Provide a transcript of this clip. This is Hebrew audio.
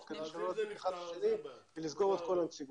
כדי שלא ידביקו האחד את השני ולאפשר שירות.